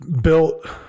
built